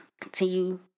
Continue